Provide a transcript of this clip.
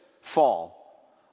fall